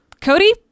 Cody